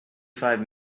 five